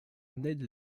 ned